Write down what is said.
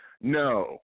No